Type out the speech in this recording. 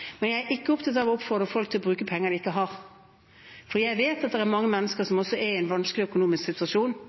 Men jeg er ikke opptatt av å oppfordre folk til å bruke penger de ikke har, for jeg vet at det er mange mennesker som er i en vanskelig økonomisk situasjon,